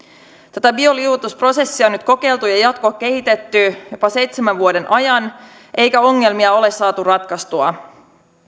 tätä bioliuotusprosessia on nyt kokeiltu ja jatkokehitetty jopa seitsemän vuoden ajan eikä ongelmia ole saatu ratkaistua